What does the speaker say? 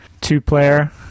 two-player